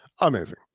Amazing